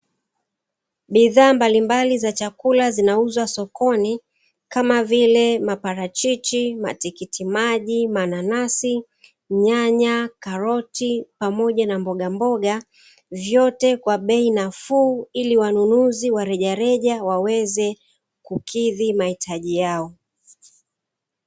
Bidhaa mbalimbali za chakula zinauzwa sokoni kama vile maparachichi matikiti maji mananasi nyanya karoti pamoja na mbogamboga, vyote kwa bei nafuu ili wanunuzi wa rejareja waweze kukidhi mahitaji yao.